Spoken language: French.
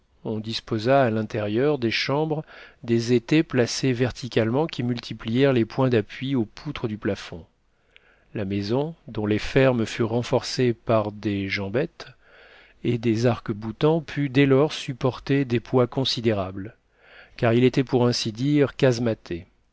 on disposa à l'intérieur des chambres des étais placés verticalement qui multiplièrent les points d'appui aux poutres du plafond la maison dont les fermes furent renforcées par des jambettes et des arcs-boutants put dès lors supporter des poids considérables car il était pour ainsi dire casematé